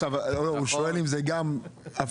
עכשיו הוא שואל אם זו גם הבטחה.